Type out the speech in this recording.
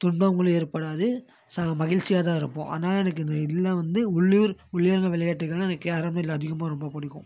துன்பங்களும் ஏற்படாது சக மகிழ்ச்சியாகதான் இருப்போம் அதனால எனக்கு இந்த இதில் வந்து உள்ளூர் உள்ளரங்க விளையாட்டுகள்னால் எனக்கு கேரம் இதில் அதிகமாக ரொம்ப பிடிக்கும்